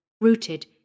rooted